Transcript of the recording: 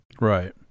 Right